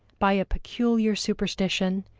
by a peculiar superstition,